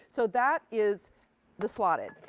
so that is the slotted,